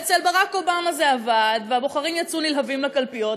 ואצל ברק אובמה זה עבד והבוחרים יצאו נלהבים לקלפיות,